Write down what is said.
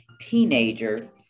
teenager